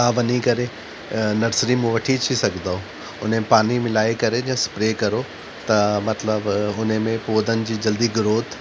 तव्हां वञी करे नर्सरी में वठी अची सघंदुव हुन में पाणी मिलाए करे जीअं स्प्रै करो त मतिलबु हुन में पौधनि जी जल्दी ग्रौथ